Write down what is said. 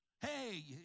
Hey